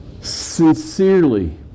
sincerely